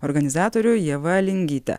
organizatorių ieva lingyte